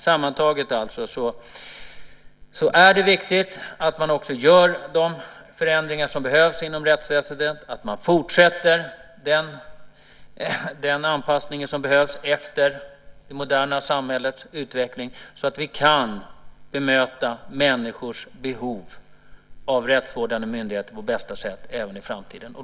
Sammantaget vill jag säga att det är viktigt att man gör de förändringar som behövs inom rättsväsendet, att man fortsätter den anpassning som behövs efter det moderna samhällets utveckling så att vi kan möta människors behov av rättsvårdande myndigheter på bästa sätt även i framtiden.